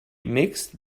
mixed